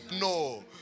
no